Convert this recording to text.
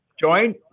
join